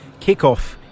Kickoff